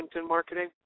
marketing